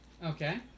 okay